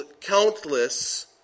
countless